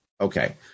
Okay